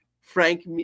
Frank